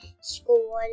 school